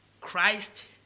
Christ